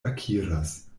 akiras